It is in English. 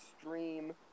stream